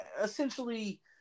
essentially